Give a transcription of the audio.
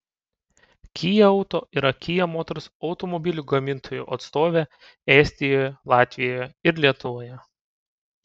kia auto yra kia motors automobilių gamintojų atstovė estijoje latvijoje ir lietuvoje